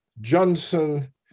Johnson